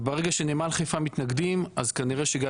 וברגע שנמל חיפה מתנגדים אז כנראה שגם